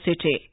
city